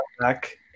back